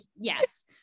yes